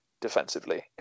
defensively